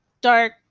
dark